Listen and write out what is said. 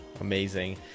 amazing